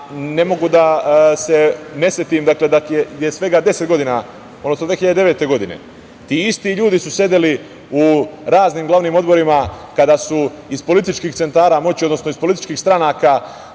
ne mogu da se ne setim, dakle, da je svega deset godina, odnosno 2009. godine ti isti ljudi su sedeli u raznim glavnim odborima kada su iz političkih centara moći, odnosno iz političkih stranaka